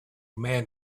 man